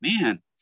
man